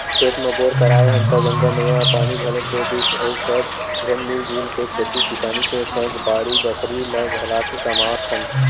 खेत म बोर कराए हन त गंगा मैया ह पानी घलोक दे दिस अउ सब झन मिलजुल के खेती किसानी के सग बाड़ी बखरी ल घलाके कमावत हन